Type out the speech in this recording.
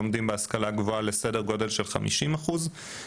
הלומדים בהשכלה גבוהה בשנה ראשונה מ-20% לסדר גודל של 50% בשנתון.